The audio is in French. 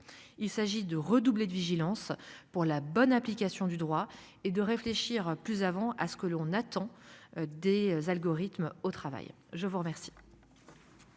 il s'agit de redoubler de vigilance pour la bonne application du droit et de réfléchir plus avant à ce que l'on attend des algorithmes au travail je vous remercie.